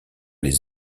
les